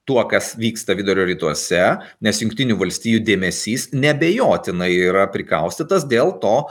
tuo kas vyksta vidurio rytuose nes jungtinių valstijų dėmesys neabejotinai yra prikaustytas dėl to